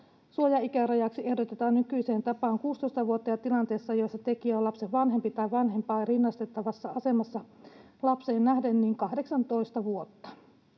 Suojaikärajaksi ehdotetaan nykyiseen tapaan 16 vuotta ja tilanteessa, jossa tekijä on lapsen vanhempi tai vanhempaan rinnastettavassa asemassa lapseen nähden, 18 vuotta.